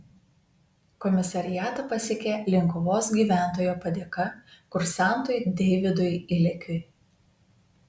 komisariatą pasiekė linkuvos gyventojo padėka kursantui deividui ilekiui